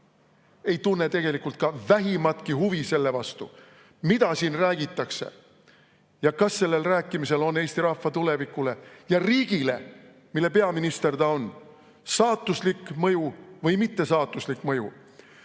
ei tunne tegelikult ka vähimatki huvi selle vastu, mida siin räägitakse, ja kas sellel rääkimisel on Eesti rahva tulevikule ja riigile, mille peaminister ta on, saatuslik mõju või mittesaatuslik mõju.